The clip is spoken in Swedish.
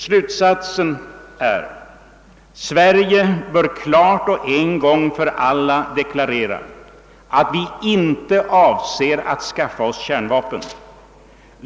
Slutsatsen är: Sverige bör klart och en gång för alla deklarera att vårt land inte avser att skaffa sig kärnvapen.